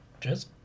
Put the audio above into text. cheers